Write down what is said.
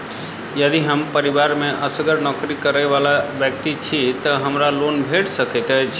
यदि हम परिवार मे असगर नौकरी करै वला व्यक्ति छी तऽ हमरा लोन भेट सकैत अछि?